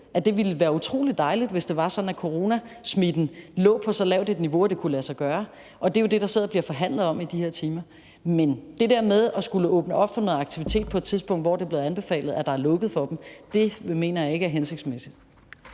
og det ville være utrolig dejligt, hvis det var sådan, at coronasmitten lå på så lavt et niveau, at det kunne lade sig gøre. Det er jo det, der er i gang med at blive forhandlet om i de her timer. Men det der med at skulle åbne for noget aktivitet på et tidspunkt, hvor det er blevet anbefalet, at der er lukket for dem, mener jeg ikke er hensigtsmæssigt.